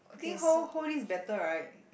think hold hold this better right